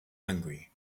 hungry